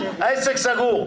העסק סגור.